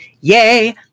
Yay